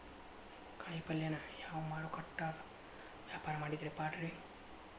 ಕಾಯಿಪಲ್ಯನ ಯಾವ ಮಾರುಕಟ್ಯಾಗ ವ್ಯಾಪಾರ ಮಾಡಿದ್ರ ಪಾಡ್ರೇ?